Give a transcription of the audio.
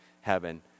heaven